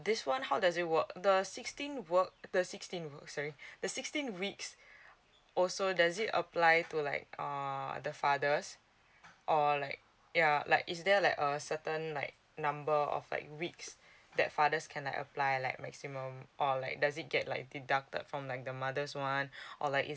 this one how does it work the sixteen work the sixteen work sorry the sixteen weeks also does it apply to like err the fathers or like yeah like is there like a certain like number of like weeks that father's can Ilike apply like maximum um or like does it get like deducted from like the mothers one or like is